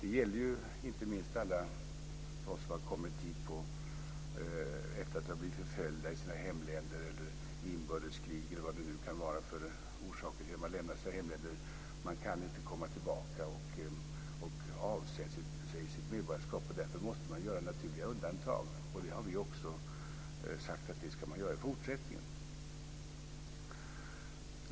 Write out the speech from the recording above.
Det gäller inte minst alla de människor som har kommit hit på grund av inbördeskrig eller efter att ha blivit förföljda i sina hemländer. Det kan även finnas andra orsaker till att de har lämnat sina hemländer. Men de kan inte komma tillbaka och avsäga sitt medborgarskap, och därför måste man göra naturliga undantag, och det har vi också sagt att man ska göra i fortsättningen.